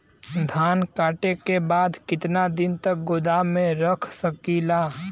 धान कांटेके बाद कितना दिन तक गोदाम में रख सकीला?